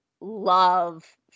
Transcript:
love